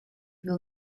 will